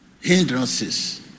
hindrances